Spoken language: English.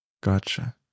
Gotcha